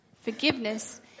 Forgiveness